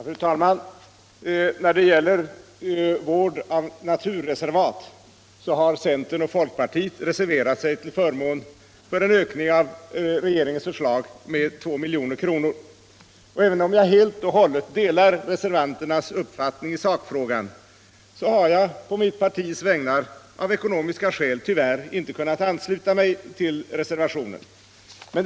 Fru talman! När det gäller vård av naturreservat har centern och folkpartiet reserverat sig till förmån för en ökning av det av regeringen föreslagna beloppet med 2 milj.kr. Även om jag helt och hållet delar reservanternas uppfattning i sakfrågan har jag på mitt partis vägnar av ekonomiska skäl tyvärr inte kunnat ansluta mig till reservationen.